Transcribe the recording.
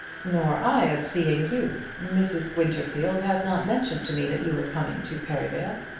nor i of seeing you. mrs. winterfield has not mentioned to me that you were coming to perivale.